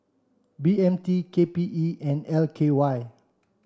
B M T K P E and L K Y